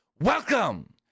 Welcome